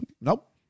Nope